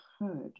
heard